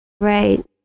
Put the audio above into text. right